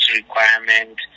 requirement